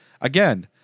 again